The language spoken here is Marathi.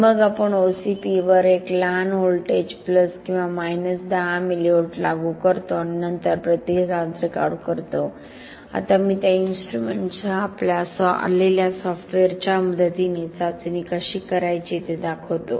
आणि मग आपण OCP वर एक लहान व्होल्टेज प्लस किंवा मायनस 10 मिलीव्होल्ट लागू करतो आणि नंतर प्रतिसाद रेकॉर्ड करतो आता मी त्या इन्स्ट्रुमेंटसह आलेल्या सॉफ्टवेअरच्या मदतीने चाचणी कशी करायची ते दाखवतो